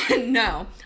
No